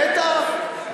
בטח,